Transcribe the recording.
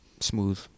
smooth